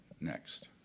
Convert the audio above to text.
next